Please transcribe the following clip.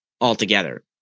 altogether